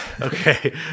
okay